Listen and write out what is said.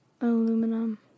aluminum